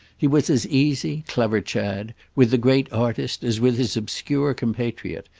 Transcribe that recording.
he was as easy, clever chad, with the great artist as with his obscure compatriot,